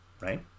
right